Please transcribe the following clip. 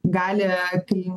gali kai